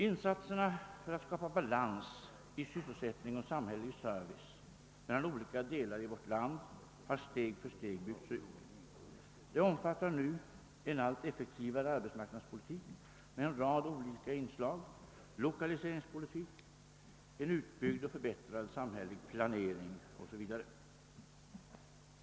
Insatserna för att skapa balans i sysselsättning och samhällelig service mellan olika delar i vårt land har steg för steg byggts ut. De omfattar nu en allt effektivare arbetsmarknadspolitik med en rad olika inslag, lokaliseringspolitik, en utbyggd och förbättrad samhällelig planering 0. s. v.